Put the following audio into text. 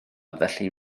felly